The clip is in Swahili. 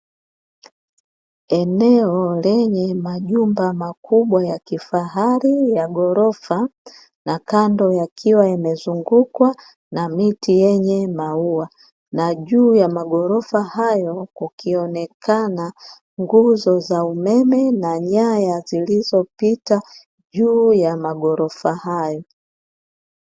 Eneo lenye majumba makubwa ya kifahari ya ghorofa, na kando yakiwa yamezungukwa na miti yenye maua. Na juu ya maghorofa hayo kukionekana nguzo za umeme, na nyaya zilizopita juu ya maghorofa hayo.